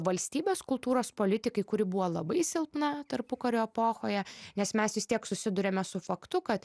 valstybės kultūros politikai kuri buvo labai silpna tarpukario epochoje nes mes vis tiek susiduriame su faktu kad